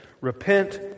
Repent